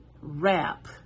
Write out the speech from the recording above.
Wrap